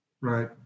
right